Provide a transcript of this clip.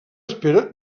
espera